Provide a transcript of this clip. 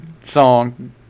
song